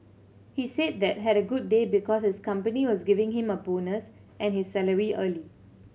he said that had a good day because his company was giving him a bonus and his salary early